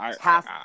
half